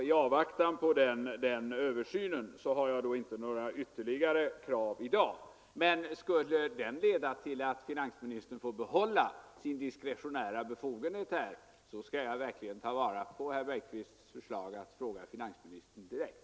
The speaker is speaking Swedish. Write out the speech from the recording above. I avvaktan på den översynen har jag inte några ytterligare krav i dag, men skulle den leda till att Befrielse från aktiefinansministern får behålla sin diskretionära befogenhet skall jag verk Vinstbeskattning ligen ta vara på herr Bergqvists förslag att fråga finansministern direkt.